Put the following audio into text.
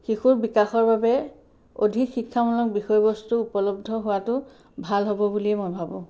শিশুৰ বিকাশৰ বাবে অধিক শিক্ষামূলক বিষয়বস্তু উপলব্ধ হোৱাটো ভাল হ'ব বুলিয়ে মই ভাবো